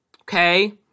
okay